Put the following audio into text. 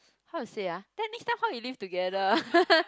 how to say ah then next time how you live together